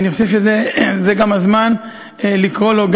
אני חושב שזה גם הזמן לקרוא לו,